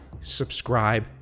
subscribe